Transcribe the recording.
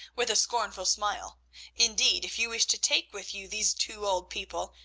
with a scornful smile indeed, if you wish to take with you these two old people,